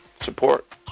Support